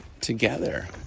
together